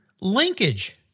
Linkage